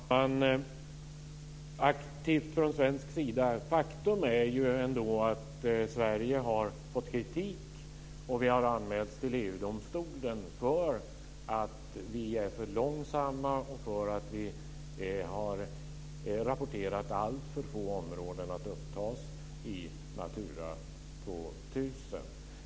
Herr talman! Det sägs att man varit aktiv från svensk sida. Faktum är ändå att Sverige har fått kritik och att vi har anmälts till EG-domstolen för att vi är för långsamma och för att vi har rapporterat alltför få områden att upptas i Natura 2000.